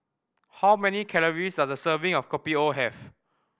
how many calories does a serving of Kopi O have